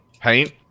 paint